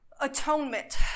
atonement